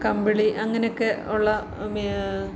കമ്പിളി അങ്ങനെയൊക്കെ ഉള്ള